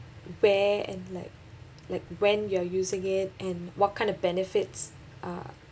where and like like when you are using it and what kind of benefits uh